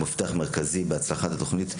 שהוא מפתח מרכזי בהצלחת התוכנית.